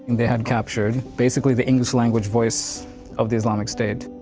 they had captured, basically the english language voice of the islamic state.